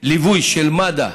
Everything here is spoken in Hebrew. ליווי של מד"א,